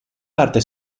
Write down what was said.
parte